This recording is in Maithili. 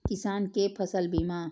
किसान कै फसल बीमा?